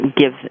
give